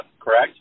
correct